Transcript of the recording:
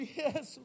yes